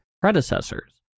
predecessors